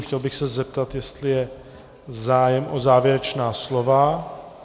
Chtěl bych se zeptat, jestli je zájem o závěrečná slova.